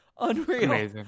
unreal